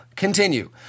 continue